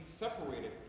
separated